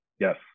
yes